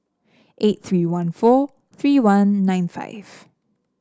eight three one four three one nine five